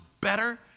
better